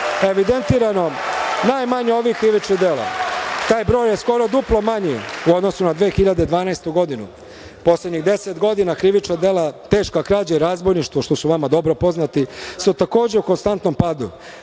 evidentirano najmanje ovih krivičnih dela. Taj broj je skoro duplo manji u odnosu na 2012. godinu. Poslednjih deset godina krivična dela teška krađa i razbojništvo, što su vama dobro poznati, su takođe u konstantnom padu. Kada